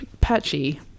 Patchy